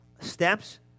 steps